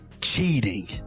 cheating